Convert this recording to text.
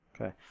Okay